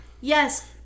Yes